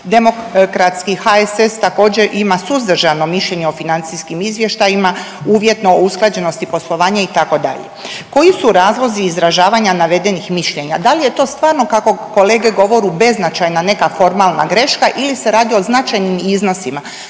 Demokratski HSS također ima suzdržano mišljenje o financijskim izvještajima, uvjetno o usklađenost poslovanja itd. Koji su razlozi izražavanja navedenih mišljenja? Da li je to stvarno kako kolege govoru beznačajna neka formalna greška ili se radi o značajnim iznosima?